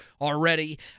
already